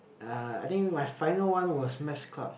uh I think my final one was math club